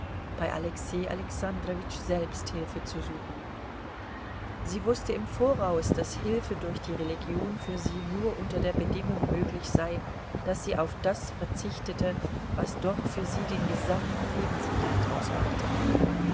bei alexei alexandrowitsch selbst hilfe zu suchen sie wußte im voraus daß hilfe durch die religion für sie nur unter der bedingung möglich sei daß sie auf das verzichtete was doch für sie den gesamten lebensinhalt ausmachte